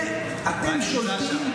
אתם שולטים,